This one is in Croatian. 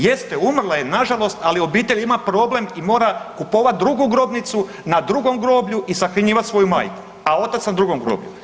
Jeste, umrla je na žalost ali obitelj ima problem i mora kupovati drugu grobnicu na drugom groblju i sahranjivati svoju majku, a otac na drugom groblju.